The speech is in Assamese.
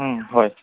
হয়